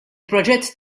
proġett